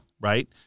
right